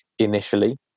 initially